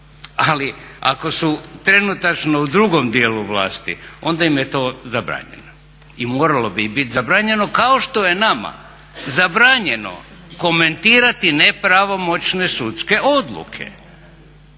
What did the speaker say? ali ako su trenutačno u drugom dijelu vlasti onda im je to zabranjeno i morao bi biti zabranjeno kao što je nama zabranjeno komentirati nepravomoćne sudske odluke.